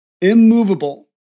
immovable